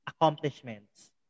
accomplishments